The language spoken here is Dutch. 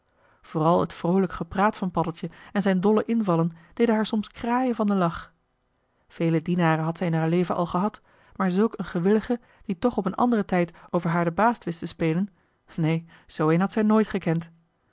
vooral het vroolijk gepraat van paddeltje en zijn dolle invallen deden haar soms kraaien van den lach vele dienaren had zij in haar leven al gehad maar zulk een gewilligen die toch op een anderen tijd over haar den baas wist te spelen neen zoo een had zij nooit gekend